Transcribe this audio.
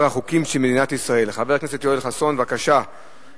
41, אין מתנגדים, ואין נמנעים.